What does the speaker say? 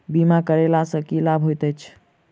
बीमा करैला सअ की लाभ होइत छी?